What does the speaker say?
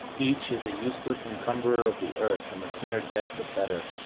each is a useless encumberer of the earth, and the sooner dead the better.